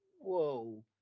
whoa